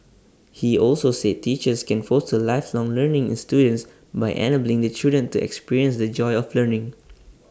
he also said teachers can foster lifelong learning in students by enabling the children to experience the joy of learning